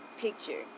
picture